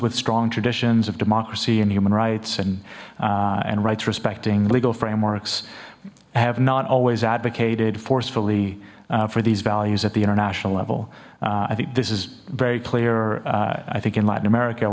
with strong traditions of democracy and human rights and and rights respecting legal frameworks have not always advocated forcefully for these values at the international level i think this is very clear i think in latin america